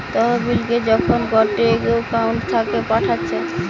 তহবিলকে যখন গটে একউন্ট থাকে পাঠাচ্ছে